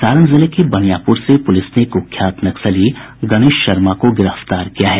सारण जिले के बनियापुर से पुलिस ने कुख्यात नक्सली गणेश शर्मा को गिरफ्तार किया है